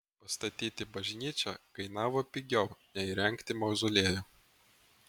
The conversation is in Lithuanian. pastatyti bažnyčią kainavo pigiau nei įrengti mauzoliejų